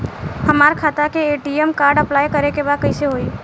हमार खाता के ए.टी.एम कार्ड अप्लाई करे के बा कैसे होई?